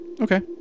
Okay